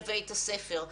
לבית הספר.